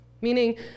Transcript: Meaning